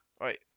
right